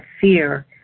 fear